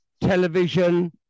television